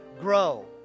grow